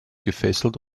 gefesselt